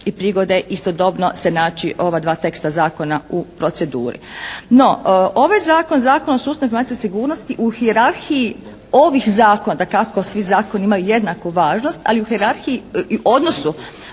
i prigode istodobno se naći ova dva teksta zakona u proceduri. No ovaj Zakon, Zakon o sustavu informacijske sigurnosti u hijerarhiji ovih zakona, dakako svi zakoni imaju jednaku važnost, ali u hijerarhiji i odnosu